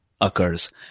occurs